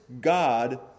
God